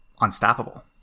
unstoppable